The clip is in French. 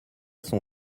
son